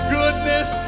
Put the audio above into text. goodness